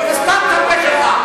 תסתום את הפה שלך.